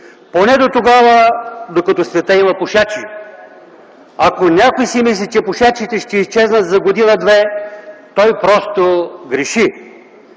поне дотогава, докато в света има пушачи. Ако някой си мисли, че пушачите ще изчезнат за година-две, той просто греши.